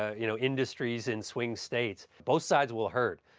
you know industries in swing states. both sides will hurt,